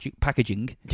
packaging